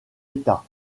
état